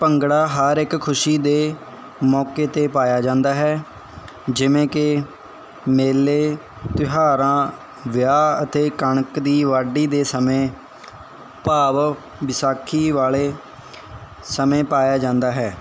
ਭੰਗੜਾ ਹਰ ਇੱਕ ਖੁਸ਼ੀ ਦੇ ਮੌਕੇ 'ਤੇ ਪਾਇਆ ਜਾਂਦਾ ਹੈ ਜਿਵੇਂ ਕਿ ਮੇਲੇ ਤਿਉਹਾਰਾਂ ਵਿਆਹ ਅਤੇ ਕਣਕ ਦੀ ਵਾਢੀ ਦੇ ਸਮੇਂ ਭਾਵ ਵਿਸਾਖੀ ਵਾਲੇ ਸਮੇਂ ਪਾਇਆ ਜਾਂਦਾ ਹੈ